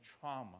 trauma